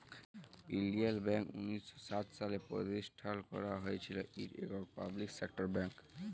ইলডিয়াল ব্যাংক উনিশ শ সাত সালে পরতিষ্ঠাল ক্যারা হঁইয়েছিল, ইট ইকট পাবলিক সেক্টর ব্যাংক